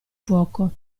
fuoco